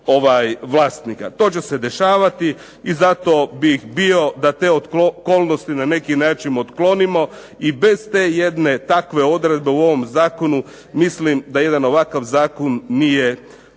se ne razumije./… da te okolnosti na neki način otklonimo i bez te jedne takve odredbe u ovom zakonu mislim da jedan ovakav zakon nije cjelovit